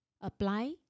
apply